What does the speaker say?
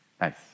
Nice